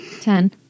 Ten